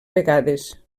vegades